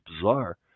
bizarre